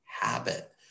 habit